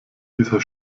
dieser